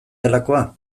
delakoa